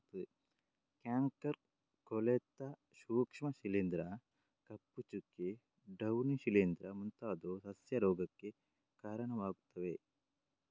canker, ಕೊಳೆತ ಸೂಕ್ಷ್ಮ ಶಿಲೀಂಧ್ರ, ಕಪ್ಪು ಚುಕ್ಕೆ, ಡೌನಿ ಶಿಲೀಂಧ್ರ ಮುಂತಾದವು ಸಸ್ಯ ರೋಗಕ್ಕೆ ಕಾರಣವಾಗುತ್ತವೆ